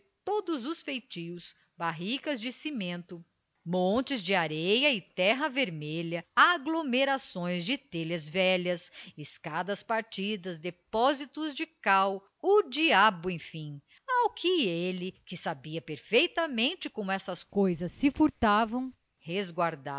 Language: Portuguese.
todos os feitios barricas de cimento montes de areia e terra vermelha aglomerações de telhas velhas escadas partidas depósitos de cal o diabo enfim ao que ele que sabia perfeitamente como essas coisas se furtavam